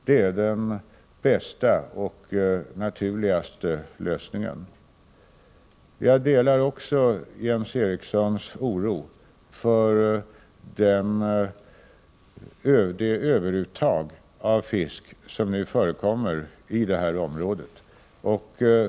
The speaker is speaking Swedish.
Det är den bästa och mest naturliga lösningen. Jag delar också Jens Erikssons oro för de överuttag av fisk som nu förekommer i det här området.